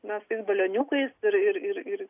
na su tais balioniukais ir ir ir ir